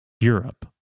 Europe